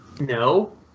No